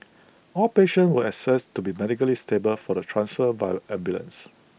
all patients were assessed to be medically stable for the transfer via ambulances